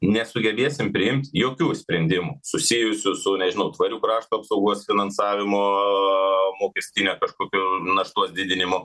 nesugebėsim priimt jokių sprendimų susijusių su nežinau tvarių krašto apsaugos finansavimu mokestinę kažkokių naštos didinimu